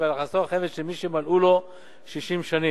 ועל הכנסתו החייבת של מי שמלאו לו 60 שנים.